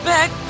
Back